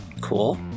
Cool